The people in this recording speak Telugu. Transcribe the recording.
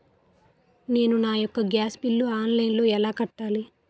నేను నా యెక్క గ్యాస్ బిల్లు ఆన్లైన్లో ఎలా కట్టాలి?